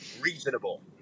reasonable